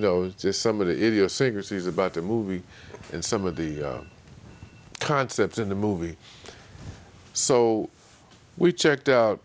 know just some of the idiosyncrasies about the movie and some of the concepts in the movie so we checked out